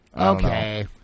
Okay